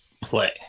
play